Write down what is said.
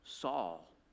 Saul